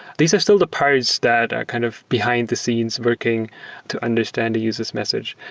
these are still the parts that are kind of behind-the-scenes working to understand the user s message.